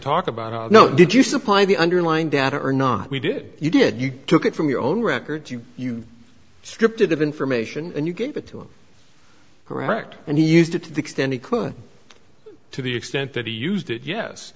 talk about i know did you supply the underlying data or not we did you did you took it from your own record you you stripped it of information and you gave it to him correct and he used it to the extent he could to the extent that he used it yes